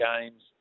games